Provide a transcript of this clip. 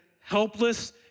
helpless